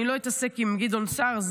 אני לא אתעסק עם גדעון סער,